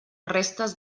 restes